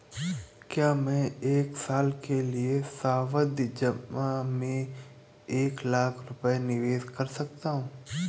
क्या मैं एक साल के लिए सावधि जमा में एक लाख रुपये निवेश कर सकता हूँ?